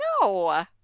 No